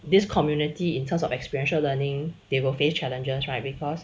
this community in terms of experiential learning they will face challenges right because